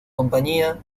compañía